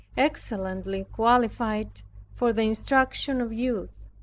excellently qualified for the instruction of youth.